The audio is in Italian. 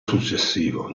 successivo